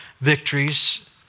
victories